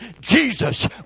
Jesus